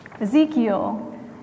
Ezekiel